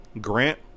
Grant